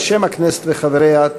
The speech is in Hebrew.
בשם הכנסת וחבריה,